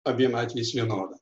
abiem atvejais vienoda